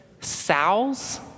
sows